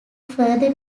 further